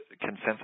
consensus